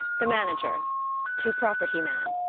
the manager to property man.